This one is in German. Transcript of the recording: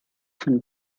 von